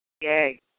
Yay